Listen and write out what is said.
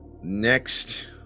next